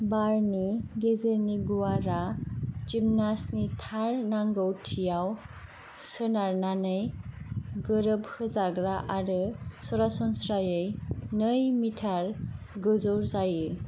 बारनि गेजेरनि गुवारा जिमनास्टनि थार नांगौथियाव सोनारनानै गोरोब होजाग्रा आरो सरासनस्रायै नै मिटार गोजौ जायो